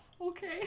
Okay